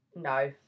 No